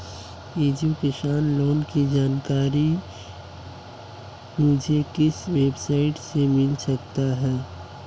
Education loan की जानकारी मुझे किस वेबसाइट से मिल सकती है?